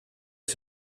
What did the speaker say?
has